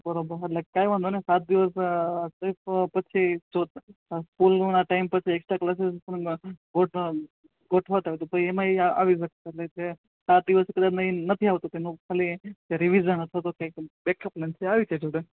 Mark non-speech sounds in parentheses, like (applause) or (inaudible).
બરોબર હવે લાઇક કાંઈ વાંધો નહીં સાત દિવસ ટ્રીપ પછી (unintelligible) સ્કૂલમાં ટાઇમ પછી એકસ્ટ્રા ક્લાસસિસ ગોઠવી એ ગોઠવાતા હોય તો પછી એમાં એ આવી શકે છે સાત દિવસ કદાચ નહીં નથી આવતો કે એનો ખાલી રિવીજન હતું તો (unintelligible)